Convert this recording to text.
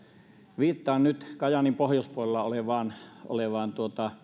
viittaan nyt kajaanin pohjoispuolella olevaan olevaan